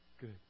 Good